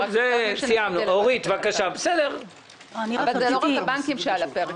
רק חשבנו ש --- אבל זה לא רק הבנקים שעל הפרק,